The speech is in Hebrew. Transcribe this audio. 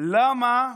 למה?